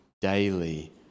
daily